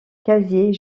casier